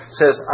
says